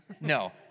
No